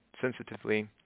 Sensitively